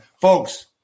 Folks